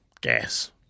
gas